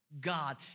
God